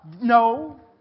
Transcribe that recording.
No